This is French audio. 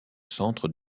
centre